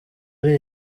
ari